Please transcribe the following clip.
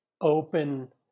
open